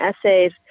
essays